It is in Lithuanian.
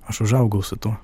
aš užaugau su tuo